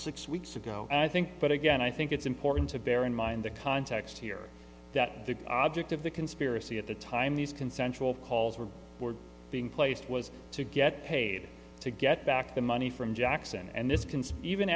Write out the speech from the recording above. six weeks ago and think but again i think it's important to bear in mind the context here that the object of the conspiracy at the time these consensual calls were being placed was to get paid to get back the money from jackson and this